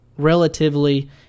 relatively